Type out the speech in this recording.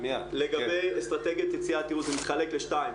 לגבי אסטרטגיית יציאת ייעול, זה מתחלק לשתיים.